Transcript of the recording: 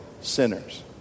sinners